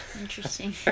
Interesting